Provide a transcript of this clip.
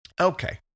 Okay